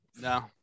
No